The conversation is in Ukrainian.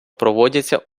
проводяться